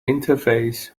interface